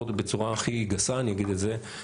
בצורה הכי גסה אני אגיד את זה,